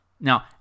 Now